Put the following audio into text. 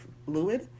fluid